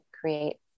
create